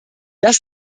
das